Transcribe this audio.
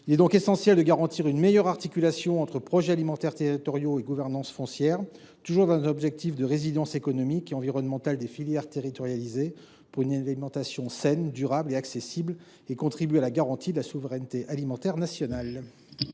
Il est donc essentiel de garantir une meilleure articulation entre projets alimentaires territoriaux et gouvernance foncière, afin d’assurer la résilience économique et environnementale des filières territorialisées, de permettre une alimentation saine, durable et accessible et de contribuer à la garantie de la souveraineté alimentaire nationale.